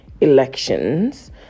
elections